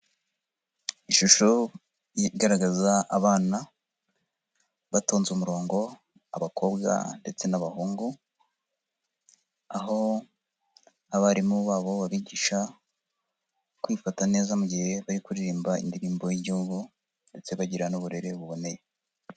Ishusho igaragaza abana batonze umurongo, abakobwa ndetse n'abahungu, aho abarimu babo bigisha kwifata neza mu gihe bari kuririmba indirimbo y'igihugu ndetse bagirana n'uburere buboneye.